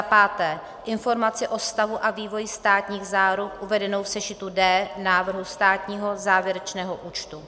5. informaci o stavu a vývoji státních záruk uvedenou v sešitu D návrhu státního závěrečného účtu,